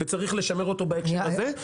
וצריך לשמר אותו בהקשר הזה.